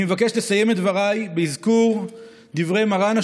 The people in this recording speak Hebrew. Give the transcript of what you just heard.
אני מבקש לסיים את דבריי באזכור דברי מר"ן,